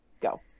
go